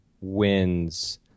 wins